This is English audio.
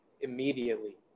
Immediately